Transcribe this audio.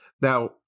Now